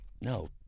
No